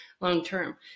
long-term